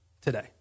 today